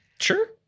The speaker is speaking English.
Sure